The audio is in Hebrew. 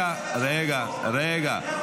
רגע, רגע, רגע.